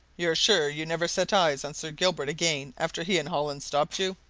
you're sure you never set eyes on sir gilbert again after he and hollins stopped you?